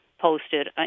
posted